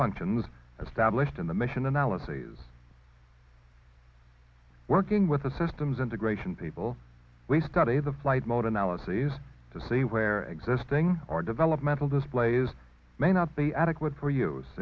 functions of stablished in the mission analyses working with the systems integration people we study the flight mode analyses to see where existing or developmental displays may not be adequate for